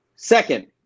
Second